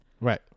right